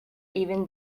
even